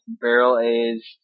Barrel-aged